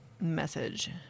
message